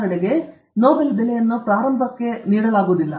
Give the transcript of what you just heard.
ಉದಾಹರಣೆಗೆ ನೊಬೆಲ್ ಬೆಲೆಯನ್ನು ಅಪ್ಸ್ಟಾರ್ಟ್ಸ್ಗೆ ನೀಡಲಾಗುವುದಿಲ್ಲ